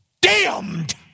damned